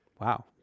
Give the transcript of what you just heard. wow